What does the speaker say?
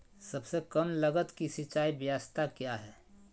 सबसे कम लगत की सिंचाई ब्यास्ता क्या है?